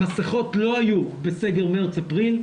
המסכות לא היו בסגר מארס-אפריל,